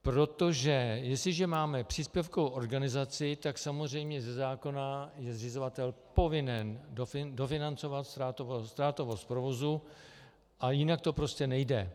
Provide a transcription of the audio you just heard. Protože jestliže máme příspěvkovou organizaci, tak samozřejmě ze zákona je zřizovatel povinen dofinancovat ztrátovost provozu a jinak to prostě nejde.